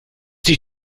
dich